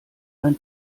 ein